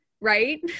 right